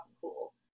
cool